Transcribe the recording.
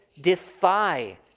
defy